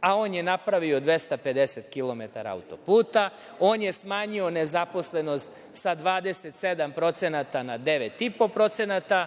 a on je napravio 250 kilometara auto-puta, on je smanjio nezaposlenost sa 27% na 9,5%,